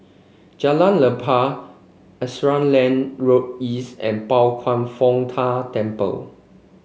Jalan Lapang Auckland Lane Road East and Pao Kwan Foh Tang Temple